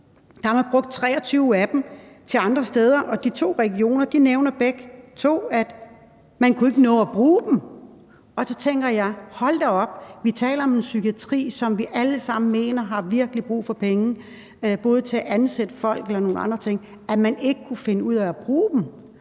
der har man brugt 23 af dem andre steder. Og de to regioner nævner begge to, at man ikke kunne nå at bruge dem, og så tænker jeg: Hold da op, vi taler om en psykiatri, som vi alle sammen mener virkelig har brug for penge, både til at ansætte folk og til andre ting. Tænk, at man ikke kunne finde ud af at bruge dem.